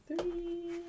three